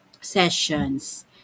sessions